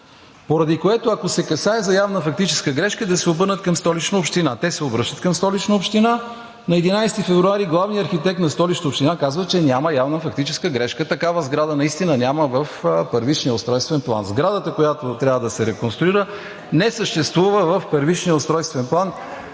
поради което, ако се касае за явна фактическа грешка, да се обърнат към Столична община. Те се обръщат към Столична община. На 11 февруари главният архитект на Столична община казва, че няма явна фактическа грешка, такава сграда наистина няма в подробния устройствен план. Сградата, която трябва да се реконструира, не съществува в подробния устройствен план